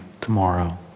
tomorrow